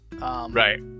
Right